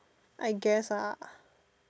I guess ah